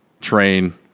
train